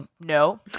no